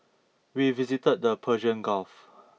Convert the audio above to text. we visited the Persian Gulf